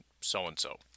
so-and-so